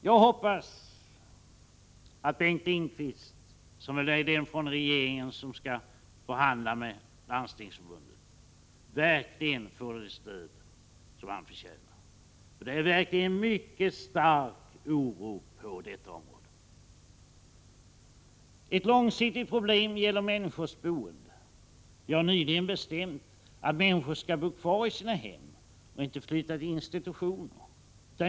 Jag hoppas att Bengt Lindqvist verkligen får det stöd han förtjänar i denna fråga vid de förhandlingar som nu förs med Landstingsförbundet. Det är verkligen en mycket stark oro på detta område. Ett långsiktigt problem gäller människors boende. Vi har nyligen bestämt att människor skall bo kvar i sina hem och inte flytta till institutioner.